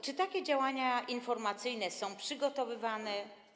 Czy takie działania informacyjne są przygotowywane?